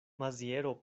maziero